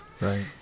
Right